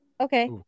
okay